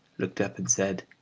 looked up and said,